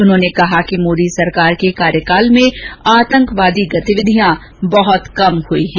उन्होंने कहा कि मोदी सरकार के कार्यकाल में आतंकवादी गतिविधियों बहुत कम हुई हैं